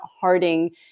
Harding